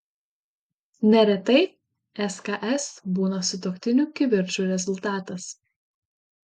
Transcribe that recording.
neretai sks būna sutuoktinių kivirčų rezultatas